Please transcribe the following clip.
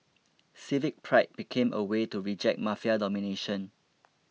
civic pride became a way to reject Mafia domination